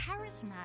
charismatic